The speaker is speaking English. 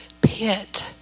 pit